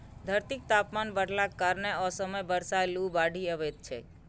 धरतीक तापमान बढ़लाक कारणें असमय बर्षा, लू, बाढ़ि अबैत छैक